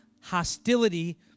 hostility